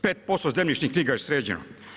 5% zemljišnih knjiga je sređeno.